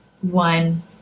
one